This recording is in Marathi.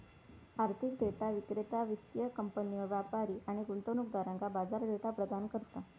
आर्थिक डेटा विक्रेता वित्तीय कंपन्यो, व्यापारी आणि गुंतवणूकदारांका बाजार डेटा प्रदान करता